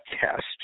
test